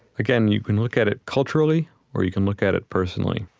again, you can look at it culturally or you can look at it personally.